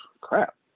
crap